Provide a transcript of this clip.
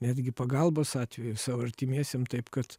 netgi pagalbos atveju savo artimiesiem taip kad